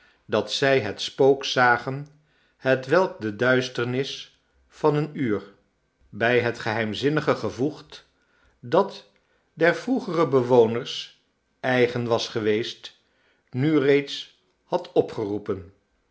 dat zij het spook zagen hetwelk de duisternis van een uur bij het geheimzinnige gevoegd dat der vroegere bewoners eigen was geweest nu reeds had opgeroepen